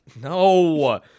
No